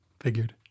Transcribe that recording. Figured